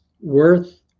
worth